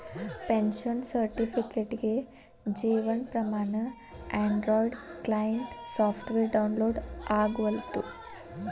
pension ಸರ್ಟಿಫಿಕೇಟ್ಗೆ Jeevan Pramaan Android client software download ಆಗವಲ್ತು